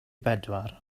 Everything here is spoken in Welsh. bedwar